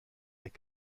est